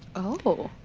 oh.